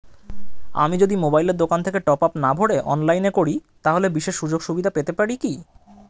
আমি যদি মোবাইলের দোকান থেকে টপআপ না ভরে অনলাইনে করি তাহলে বিশেষ সুযোগসুবিধা পেতে পারি কি?